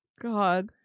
God